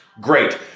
Great